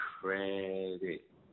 Credit